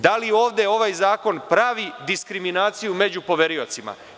Da li ovde ovaj zakon pravi diskriminaciju među poveriocima?